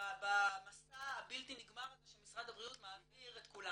במסע הבלתי נגמר הזה שמשרד הבריאות מעביר את כולנו.